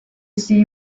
see